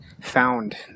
found